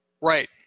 right